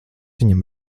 viņam